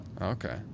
Okay